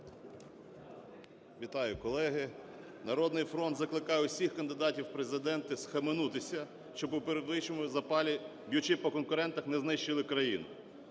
Вітаю, колеги! "Народний фронт" закликає всіх кандидатів у Президенти схаменутися, щоб у передвиборчому запалі, б'ючи по конкурентах, не знищили країну.